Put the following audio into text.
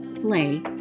play